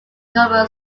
nova